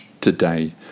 today